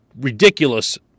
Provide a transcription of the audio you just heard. ridiculous